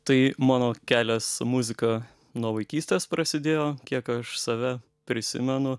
tai mano kelias muzika nuo vaikystės prasidėjo kiek aš save prisimenu